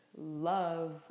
love